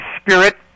spirit